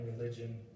religion